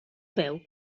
peu